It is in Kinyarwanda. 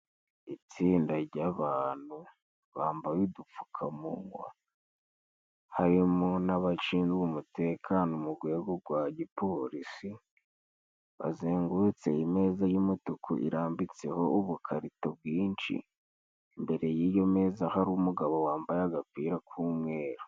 Itsinda ry'abantu bambaye udupfukamunwa harimo n'abashinzwe umutekano mu rwego rwa g'ipolisi, bazengurutse ameza y'umutuku irambitseho ubukarito bwinshi, imbere y'iyo meza hari umugabo wambaye agapira k'umweru.